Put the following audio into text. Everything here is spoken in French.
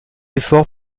effort